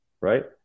right